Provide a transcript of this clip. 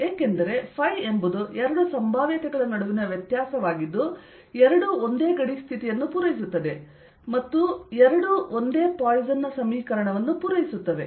ಏಕೆಂದರೆ ϕ ಎಂಬುದು ಎರಡು ಸಂಭಾವ್ಯತೆಗಳ ನಡುವಿನ ವ್ಯತ್ಯಾಸವಾಗಿದ್ದು ಎರಡೂ ಒಂದೇ ಗಡಿ ಸ್ಥಿತಿಯನ್ನು ಪೂರೈಸುತ್ತದೆ ಮತ್ತು ಎರಡೂ ಒಂದೇ ಪಾಯ್ಸನ್ ನ ಸಮೀಕರಣವನ್ನು ಪೂರೈಸುತ್ತವೆ